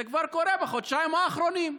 זה כבר קרה בחודשיים האחרונים,